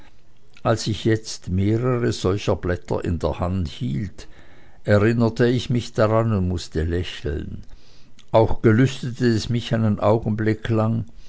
als ich jetzt mehrere solcher blätter in der hand hielt erinnerte ich mich daran und mußte lächeln auch gelüstete es mich einen augenblick lang